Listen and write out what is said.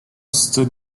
stood